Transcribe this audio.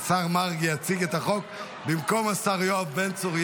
השר מרגי יציג את החוק במקום השר יואב בן צור,